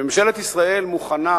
שממשלת ישראל מוכנה